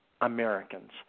americans